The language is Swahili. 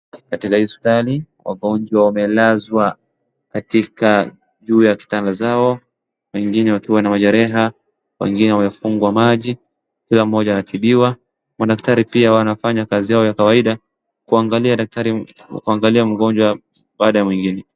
Katika hospitali wagonjwa wamelazwa katika juu ya kitanda zao wengine wakiwa na majeraha, wengine wamefungwa maji. Kila mkoja anatibiwa. Madaktari pia wanafanya kazi yao ya kawaida kuangalia mgonjwa baada ya mwingine.